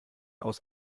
aus